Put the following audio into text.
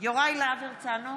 יוראי להב הרצנו,